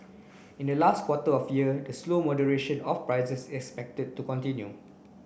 in the last quarter of year the slow moderation of prices is expected to continue